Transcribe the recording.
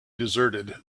deserted